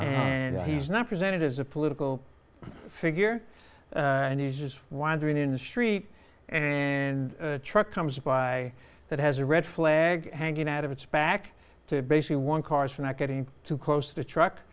and he's not presented as a political figure and he's just wandering in the street and a truck comes by that has a red flag hanging out of its back to basically one cars for not getting too close to the truck